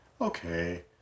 okay